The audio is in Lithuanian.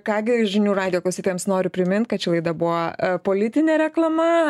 ką gi žinių radijo klausytojams noriu primint kad ši laida buvo politinė reklama